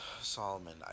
Solomon